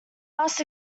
must